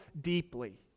deeply